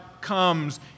comes